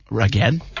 Again